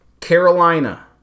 Carolina